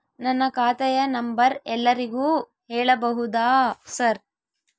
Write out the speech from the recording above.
ನನ್ನ ಖಾತೆಯ ನಂಬರ್ ಎಲ್ಲರಿಗೂ ಹೇಳಬಹುದಾ ಸರ್?